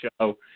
show